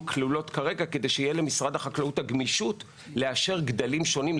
כלולות כרגע כדי שלמשרד החקלאות תהיה גמישות לאשר גדלים שונים,